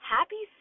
Happy